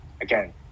Again